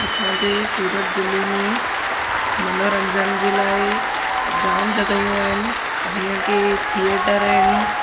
असांजे सूरत जिले में मनोरंजनु जे लाइ जाम जॻहियूं आहिनि जीअं की थिएटर आहिनि